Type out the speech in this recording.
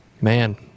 Man